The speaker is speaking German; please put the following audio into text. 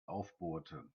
aufbohrte